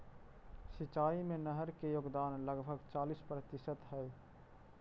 सिंचाई में नहर के योगदान लगभग चालीस प्रतिशत हई